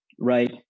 Right